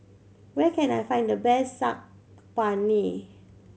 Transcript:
where can I find the best Saag Paneer